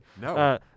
No